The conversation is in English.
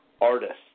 artists